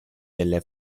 delle